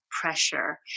pressure